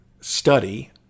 study